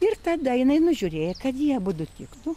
ir tada jinai nužiūrėjo kad jie abudu tiktų